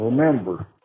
Remember